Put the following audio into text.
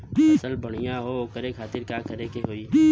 फसल बढ़ियां हो ओकरे खातिर का करे के होई?